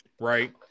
right